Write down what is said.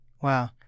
wow